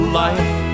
life